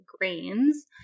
grains